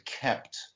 kept